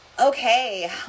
okay